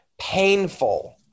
painful